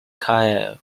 kayak